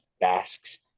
basques